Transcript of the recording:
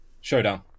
Showdown